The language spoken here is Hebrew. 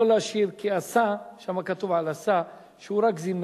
לא להשאיר, כי אסא, שם כתוב על אסא, שהוא רק זימר.